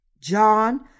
John